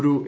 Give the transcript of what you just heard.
ഒരു എ